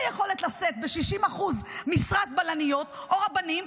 יכולת לשאת ב-60% משרת בלניות או רבנים,